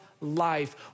life